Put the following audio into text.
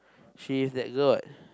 she is that girl what